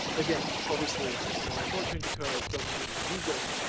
again, obviously, just knowing a chord change occurs doesn't give you music,